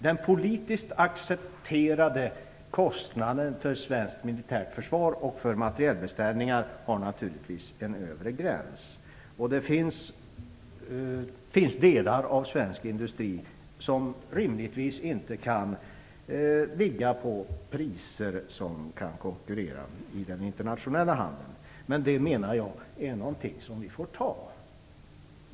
Den politiskt accepterade kostnaden för svenskt militärt försvar och materialbeställningar har naturligtvis en övre gräns. Det finns delar av svensk industri som rimligtivs inte kan ta ut priser som kan konkurrera i den internationella handeln. Men det menar jag är någonting som vi får acceptera.